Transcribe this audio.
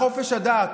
בחופש הדת,